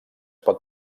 pot